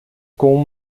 com